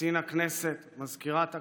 קצין הכנסת, מזכירת הכנסת,